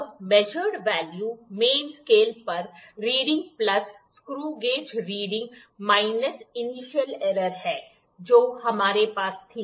अब measured value main scale पर reading plus screw gauge reading minus initial error है जो हमारे पास थी